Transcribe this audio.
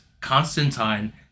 Constantine